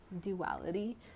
duality